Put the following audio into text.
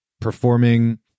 performing